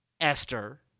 Esther